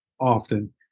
often